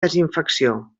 desinfecció